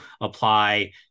apply